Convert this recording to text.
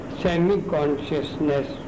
semi-consciousness